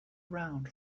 around